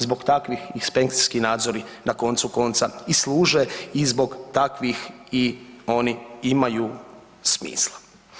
Zbog takvih inspekcijski nadzori na koncu konca i služe i zbog takvih i oni imaju smisla.